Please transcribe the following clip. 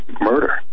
murder